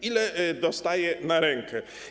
Ile dostaje na rękę?